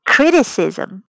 Criticism